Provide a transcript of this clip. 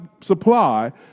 supply